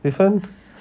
this one